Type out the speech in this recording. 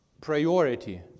Priority